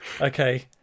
Okay